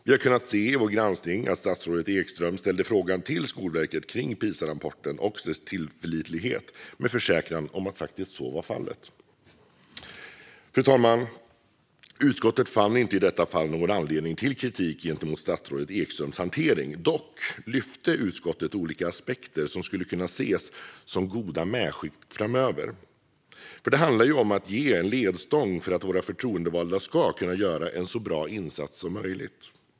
I vår granskning har vi kunnat se att statsrådet Ekström ställde frågan till Skolverket kring Pisarapporten och dess tillförlitlighet och fått försäkran om att så var fallet. Fru talman! Utskottet fann inte i detta fall någon anledning till kritik mot statsrådet Ekströms hantering. Dock lyfte utskottet olika aspekter som skulle kunna ses som goda medskick framöver. Det handlar ju om att ge en ledstång för att våra förtroendevalda ska kunna göra en så bra insats som möjligt.